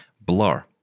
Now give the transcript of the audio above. Blur